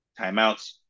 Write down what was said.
timeouts